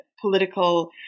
political